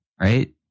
right